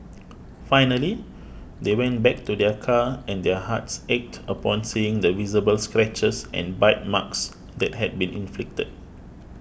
finally they went back to their car and their hearts ached upon seeing the visible scratches and bite marks that had been inflicted